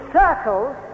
circles